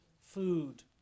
food